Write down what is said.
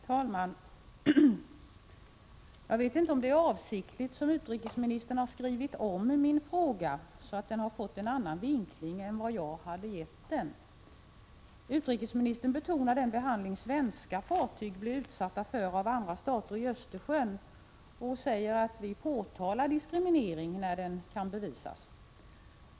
Herr talman! Jag vet inte om det är avsiktligt som utrikesministern har skrivit om min fråga så att den har fått en annan vinkling än vad jag hade gett den. Utrikesministern betonar den behandling som svenska fartyg blir utsatta för i Östersjön av andra stater och säger att Sverige påtalar diskriminering när den kan bevisas.